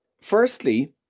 firstly